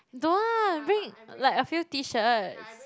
don't want bring like a few T shirts